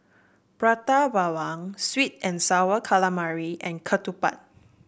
Prata Bawang Sweet and sour calamari and ketupat